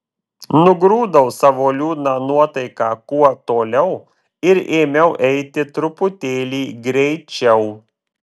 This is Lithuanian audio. nugrūdau savo liūdną nuotaiką kuo toliau ir ėmiau eiti truputėlį greičiau